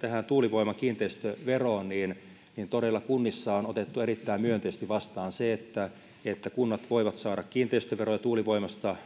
tähän tuulivoimakiinteistöveroon niin niin todella kunnissa on otettu erittäin myönteisesti vastaan se että että kunnat voivat saada kiinteistöveroja tuulivoimasta